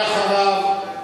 אחריו,